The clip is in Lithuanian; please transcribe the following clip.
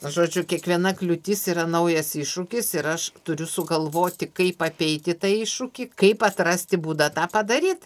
žodžiu kiekviena kliūtis yra naujas iššūkis ir aš turiu sugalvoti kaip apeiti tą iššūkį kaip atrasti būdą tą padaryt